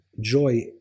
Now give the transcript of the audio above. joy